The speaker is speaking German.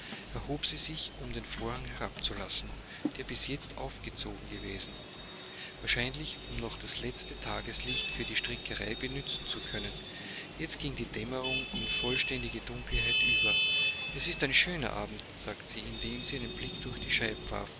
erhob sie sich um den vorhang herabzulassen der bis jetzt aufgezogen gewesen wahrscheinlich um noch das letzte tageslicht für die strickerei benützen zu können jetzt ging die dämmerung in vollständige dunkelheit über es ist ein schöner abend sagte sie indem sie einen blick durch die